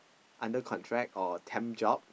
under contract or temp job